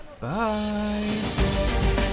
Bye